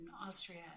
Austria